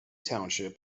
township